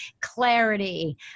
clarity